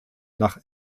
nach